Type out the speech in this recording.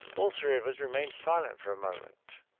all three of us remained silent for a moment.